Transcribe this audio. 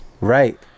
Right